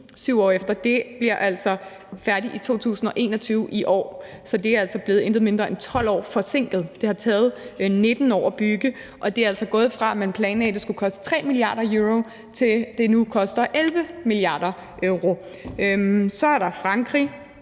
7 år efter. Det bliver færdigt i 2021, i år, så det er altså blevet intet mindre end 12 år forsinket. Det har taget 19 år at bygge, og det er altså gået fra, at man planlagde, at det skulle koste 3 mia. euro, til at det nu koster 11 mia. euro. Så er der Frankrig.